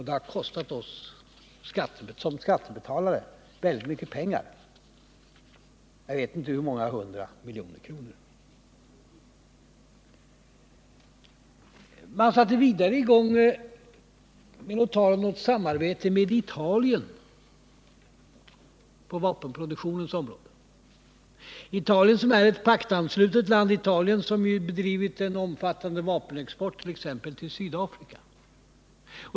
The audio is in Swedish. Det har kostat oss som skattebetalare väldigt mycket pengar; jag vet inte hur många hundra miljoner kronor. Vidare började man tala om ett samarbete med Italien på vapenproduktionens område — Italien som är ett paktanslutet land och som bedrivit en 23 Nr 46 omfattande vapenexport, t.ex. till Sydafrika.